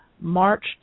March